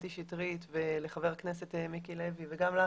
שטרית ולחבר הכנסת מיקי לוי וגם לך,